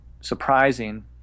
surprising